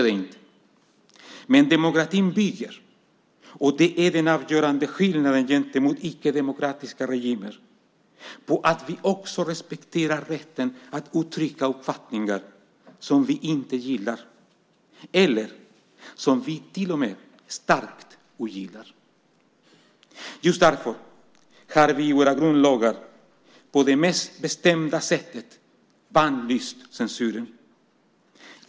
Dock bygger demokratin - och det är den avgörande skillnaden gentemot icke-demokratiska regimer - på att vi också respekterar rätten att uttrycka uppfattningar som vi inte gillar eller som vi till och med starkt ogillar. Just därför har vi i våra grundlagar på det mest bestämda sättet bannlyst censuren.